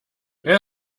wer